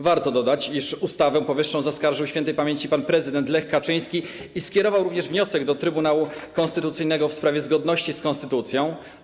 Warto dodać, iż ustawę powyższą zaskarżył śp. pan prezydent Lech Kaczyński, skierował również wniosek do Trybunału Konstytucyjnego w sprawie jej zgodności z konstytucją.